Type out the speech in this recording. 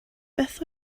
beth